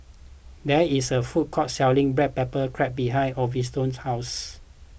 there is a food court selling Black Pepper Crab behind Osvaldo's house